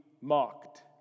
mocked